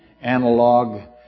analog